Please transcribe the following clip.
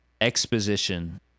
exposition